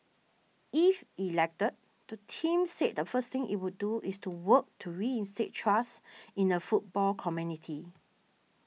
if elected the team said the first thing it would do is to work to reinstate trust in the football community